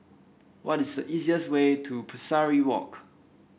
what is the easiest way to Pesari Walk